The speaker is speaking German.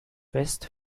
west